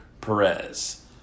Perez